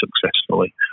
successfully